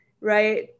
right